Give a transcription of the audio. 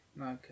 Okay